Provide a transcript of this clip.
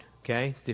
okay